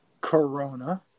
Corona